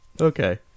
Okay